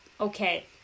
okay